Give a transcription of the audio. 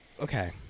okay